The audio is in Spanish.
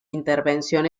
intervención